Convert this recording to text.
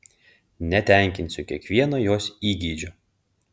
netenkinsiu kiekvieno jos įgeidžio